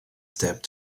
stabbed